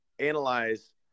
analyze